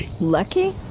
Lucky